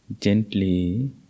Gently